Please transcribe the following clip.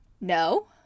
no